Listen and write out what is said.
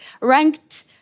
ranked